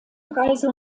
preise